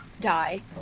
die